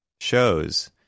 shows